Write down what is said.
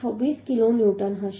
26 kilonewton હશે